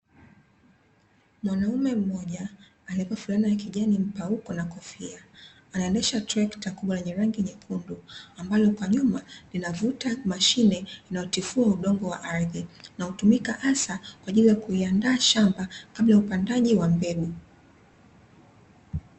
Mwanaume mmoja aliyevaa fulana ya kijani mpauko na kofia, anaendesha trekta kubwa lenye rangi nyekundu, ambalo kwa nyuma linavuta mashine inayotifua udongo wa ardhi na hutumika hasa kwa ajili ya kuliandaa shamba kabla ya upandaji wa mbegu.